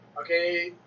Okay